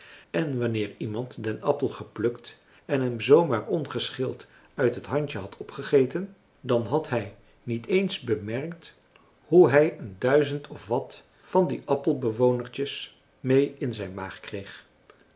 en wanneer iemand den appel geplukt en hem zoo maar ongeschild uit het handje had opgegeten dan had hij niet eens bemerkt hoe hij een duizend of wat van die appelbewonertjes mee in zijn maag kreeg